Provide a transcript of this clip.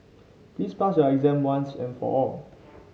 please pass your exam once and for all